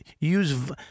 use